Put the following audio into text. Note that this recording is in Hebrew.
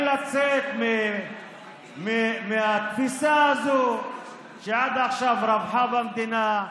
לצאת מהתפיסה הזו שעד עכשיו רווחה במדינה.